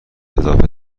اضافه